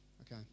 okay